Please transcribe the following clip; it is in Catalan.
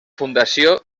fundació